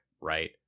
right